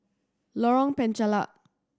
Lorong Penchalak